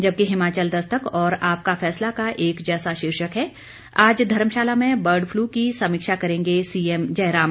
जबकि हिमाचल दस्तक और आपका फैसला का एक जेसा शीर्षक है आज धर्मशाला में बर्ड पलू की समीक्षा करेंगे सीएम जयराम